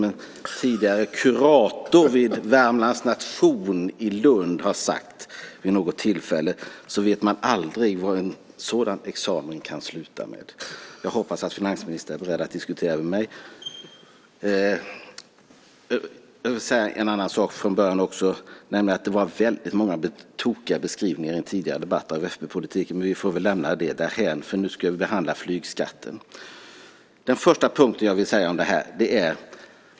En tidigare kurator vid Värmlands nation i Lund har sagt vid något tillfälle att man aldrig vet vad en sådan examen kan sluta med. Jag hoppas att finansministern är beredd att diskutera med mig. Jag vill också säga en annan sak, nämligen att det var många tokiga beskrivningar i den tidigare debatten av fp-politiken, men vi får väl lämna det därhän eftersom vi nu ska behandla flygskatten. Det första jag vill säga är följande.